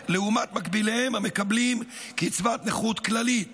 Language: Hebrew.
לעומת מקביליהם המקבלים קצבת נכות כללית.